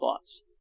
thoughts